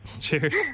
cheers